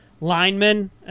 linemen